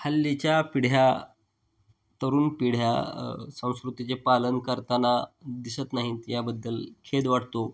हल्लीच्या पिढ्या तरुण पिढ्या संस्कृतीचे पालन करताना दिसत नाहीत याबद्दल खेद वाटतो